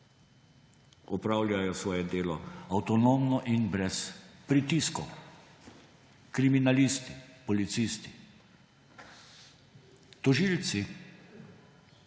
opravljajo svoje delo avtonomno in brez pritiskov kriminalisti, policisti, tožilci?